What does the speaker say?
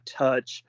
touch